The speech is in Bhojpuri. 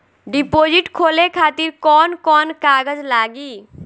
डिपोजिट खोले खातिर कौन कौन कागज लागी?